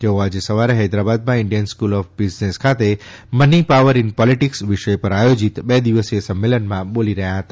તેઓ આજે સવારે હૈદરાબાદમાં ઇન્ડિયન સ્ક્રલ ઓફ બિઝનેસ ખાતે મની પાવર ઇન પોલીટીક્લ વિષય પર આયોજિત બે દિવસીય સંમેલનમાં બોલી રહ્યા હતા